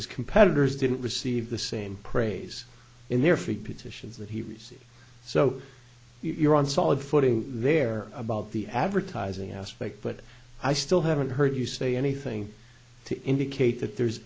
his competitors didn't receive the same praise in their free petitions that he received so you're on solid footing there about the advertising aspect but i still haven't heard you say anything to indicate that there's